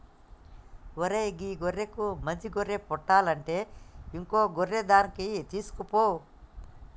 ఓరై గీ గొర్రెకి మంచి గొర్రె పుట్టలంటే ఇంకో గొర్రె తాన్కి తీసుకుపో